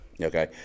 Okay